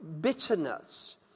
bitterness